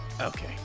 Okay